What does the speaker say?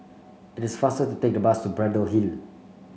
it is faster to take the bus Braddell Hill